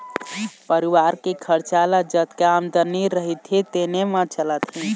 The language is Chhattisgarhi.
परिवार के खरचा ल जतका आमदनी रहिथे तेने म चलाथे